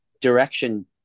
direction